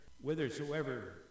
whithersoever